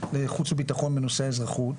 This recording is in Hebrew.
לחוץ ובטחון, בנושא האזרחות.